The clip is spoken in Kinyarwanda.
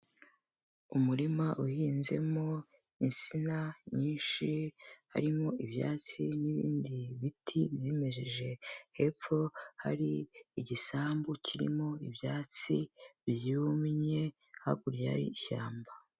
Umurima uhinzemo insina nyinshi, harimo ibyatsi n'ibindi biti byimejeje, hepfo hari igisambu kirimo ibyatsi byumye, hakurya hari ishyamba.